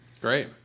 Great